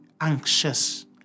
anxious